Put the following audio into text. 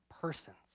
persons